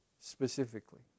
specifically